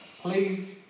Please